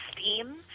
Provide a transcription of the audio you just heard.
steam